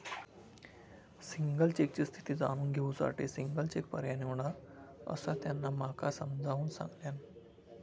single चेकची स्थिती जाणून घेऊ साठी सिंगल चेक पर्याय निवडा, असा त्यांना माका समजाऊन सांगल्यान